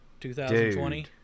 2020